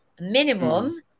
minimum